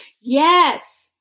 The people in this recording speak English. Yes